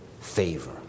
favor